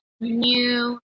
new